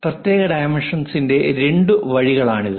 പ്രത്യേക ഡൈമെൻഷൻസ്ന്റെ രണ്ട് വഴികളാണിത്